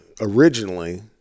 originally